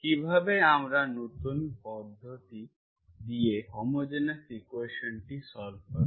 কীভাবে আমরা নতুন পদ্ধতি দিয়ে হোমোজেনিয়াস ইকুয়েশন্টি সল্ভ করব